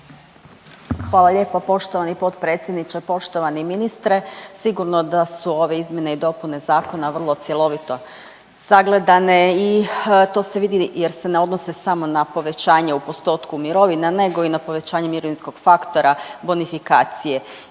Hvala lijepo poštovani potpredsjedniče. Poštovani ministre. Sigurno da su ove izmjene i dopune zakona vrlo cjelovito sagledane i to se vidi jer se ne odnose samo na povećanje u postotku mirovina nego i na povećanje mirovinskog faktora bonifikacije